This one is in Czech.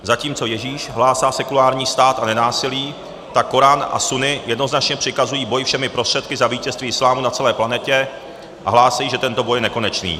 Zatímco Ježíš hlásá sekulární stát a nenásilí, tak korán a sunny jednoznačně přikazují boj všemi prostředky za vítězství islámu na celé planetě a hlásají, že tento boj je nekonečný.